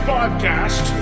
Podcast